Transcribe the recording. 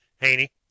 Haney